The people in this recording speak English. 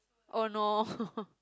oh no